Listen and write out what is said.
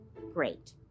great